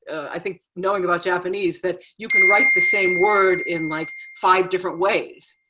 i think knowing about japanese, that you can write the same word in like five different ways,